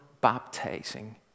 baptizing